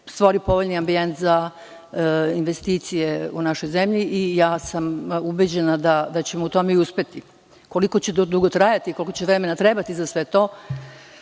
stvori povoljniji ambijent za investicije u našoj zemlji, tako da sam ubeđena da ćemo u tome i uspeti. Koliko će to dugo trajati, koliko će vremena trebati za sve to,